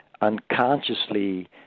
unconsciously